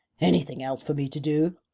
anything else for me to do?